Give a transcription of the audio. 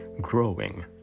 growing